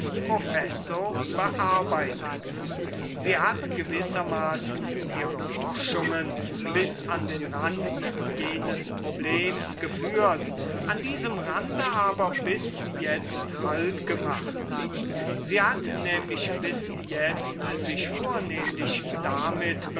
professo bearbeitet sie hat gewissermaßen ihre forschungen bis an den rand jenes problems geführt an diesem rande aber bis jetzt halt gemacht sie hat nämlich bis jetzt sich vornehmlich damit